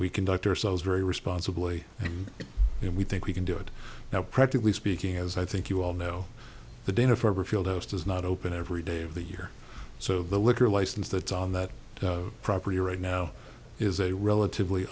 we conduct ourselves very responsibly and we think we can do it now practically speaking as i think you all know the dana farber field house does not open every day of the year so the liquor license that's on that property right now is a relatively